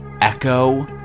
echo